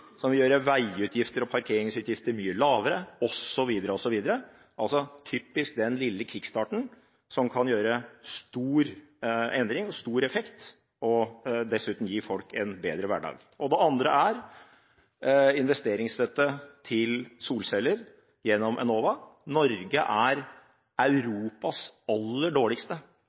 gjøre veiutgifter og parkeringsutgifter mye lavere osv., osv. – altså typisk den lille kick-starten som kan gjøre stor endring og ha stor effekt, og dessuten gi folk en bedre hverdag. Det andre er investeringsstøtte til solceller gjennom Enova. Norge er Europas aller dårligste